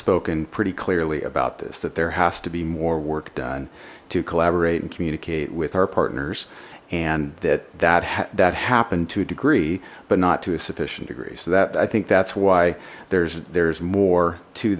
spoken pretty clearly about this that there has to be more work done to collaborate and communicate with our partners and that that had that happened to a degree but not to a sufficient degree so that i think that's why there's there's more to